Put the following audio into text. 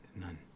None